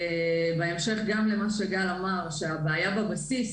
בהמשך גם למה שגל אמר, שהבעיה בבסיס